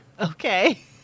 Okay